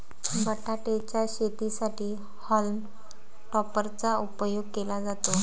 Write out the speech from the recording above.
बटाटे च्या शेतीसाठी हॉल्म टॉपर चा उपयोग केला जातो